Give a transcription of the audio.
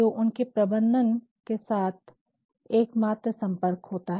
जो उनके प्रबंधन के साथ एकमात्र संपर्क होता है